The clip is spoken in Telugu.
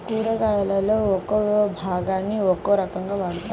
కూరగాయలలో ఒక్కో భాగాన్ని ఒక్కో రకంగా వాడతారు